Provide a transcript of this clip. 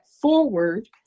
forward